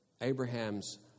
Abraham's